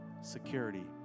security